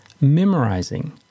memorizing